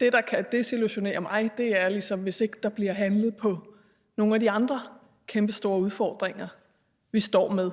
Det, der kan desillusionere mig, er, hvis ikke der bliver handlet på nogle af de andre kæmpestore udfordringer, vi står med.